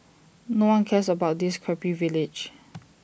no one cares about this crappy village